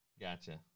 Gotcha